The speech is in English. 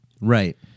right